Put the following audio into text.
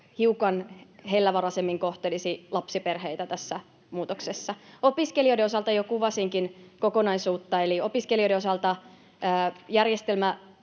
hellävaraisemmin kohtelisivat lapsiperheitä tässä muutoksessa. Opiskelijoiden osalta jo kuvasinkin kokonaisuutta, eli opiskelijoiden osalta järjestelmä